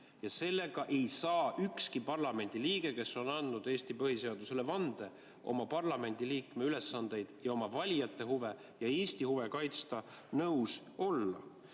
Sellega ei saa ükski parlamendiliige, kes on andnud Eesti põhiseadusele vande oma parlamendiliikme ülesandeid [täita] ja oma valijate ja Eesti huve kaitsta, nõus olla.